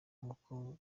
nk’uko